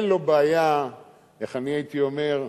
איך הייתי אומר?